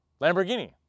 Lamborghini